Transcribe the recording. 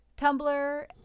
tumblr